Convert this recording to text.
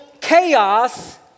chaos